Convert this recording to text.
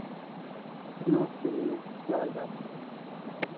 नमस्ते भैया नमस्ते क्या हाल चाल हैं